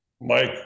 Mike